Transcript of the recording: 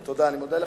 תודה, אני מודה לך.